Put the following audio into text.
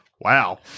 Wow